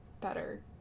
better